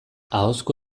ahozko